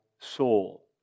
soul